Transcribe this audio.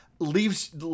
Leaves